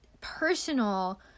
personal